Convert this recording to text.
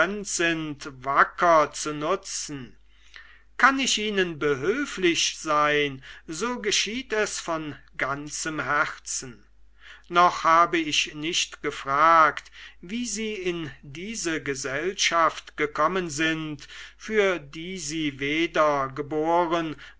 zu nutzen kann ich ihnen behülflich sein so geschieht es von ganzem herzen noch habe ich nicht gefragt wie sie in diese gesellschaft gekommen sind für die sie weder geboren